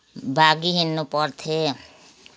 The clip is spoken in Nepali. भागि हिँडनु पर्थ्यो